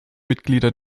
mitglieder